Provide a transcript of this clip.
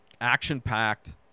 action-packed